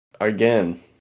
again